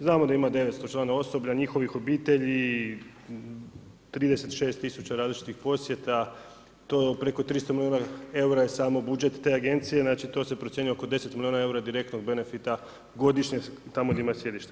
Znamo da ima 900 članova osoblja, njihovih obitelji i 36 tisuća različitih posjeta, preko 300 milijuna eura je samo budžet te agencije, znači to se procjenjuje oko 10 milijuna eura direktno od benefita godišnje tamo gdje ima sjedište.